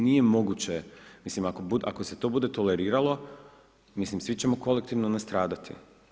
Nije moguće, mislim, ako se to bude toleriralo, mislim, svi ćemo kolektivno nastradati.